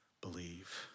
believe